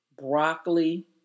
broccoli